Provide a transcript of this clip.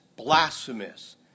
blasphemous